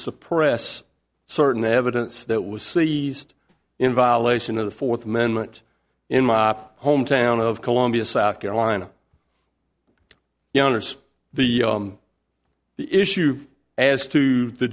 suppress certain evidence that was seized in violation of the fourth amendment in my op hometown of columbia south carolina yonder so the issue as to the